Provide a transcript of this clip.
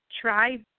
Try